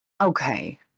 Okay